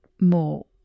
more